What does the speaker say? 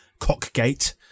Cockgate